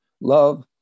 love